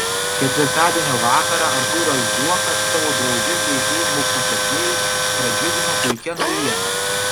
ketvirtadienio vakarą artūras zuokas savo draugus bei feisbuko sekėjus pradžiugino puikia naujiena